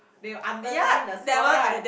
that you underline the score right